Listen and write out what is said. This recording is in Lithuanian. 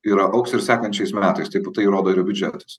ir augs ir sekančiais metais taip tai rodo ir biudžetas